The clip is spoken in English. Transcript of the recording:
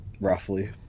Roughly